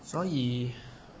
所以